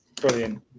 Brilliant